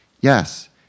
Yes